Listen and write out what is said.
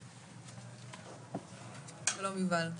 שלום, יובל.